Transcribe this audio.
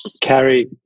Carrie